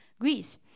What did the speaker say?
Greece